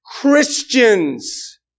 Christians